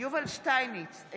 יובל שטייניץ,